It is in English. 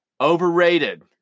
Overrated